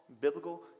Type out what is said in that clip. biblical